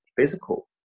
physical